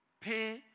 Pay